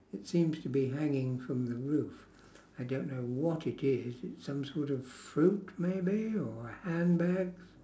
it seems to be hanging from the roof I don't know what it is it's some sort of fruit maybe or handbags